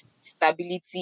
stability